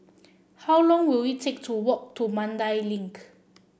how long will it take to walk to Mandai Link